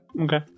Okay